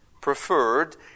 preferred